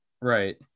right